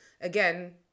Again